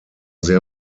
sehr